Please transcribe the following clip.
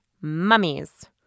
mummies